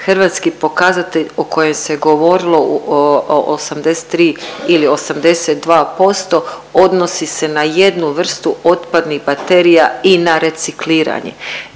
Hrvatski pokazatelj o kojem se govorilo 83 ili 82% odnosi se na jednu vrstu otpadnih baterija i na recikliranje.